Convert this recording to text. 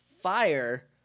fire